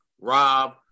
Rob